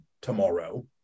tomorrow